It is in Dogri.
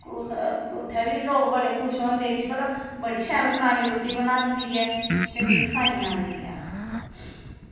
कुसै उत्थै बी लोक बड़े खुश होंदे कि भला कि बड़ी शैल फलानी रुट्टी बनांदी ऐ ते मिगी साइयां औंदियां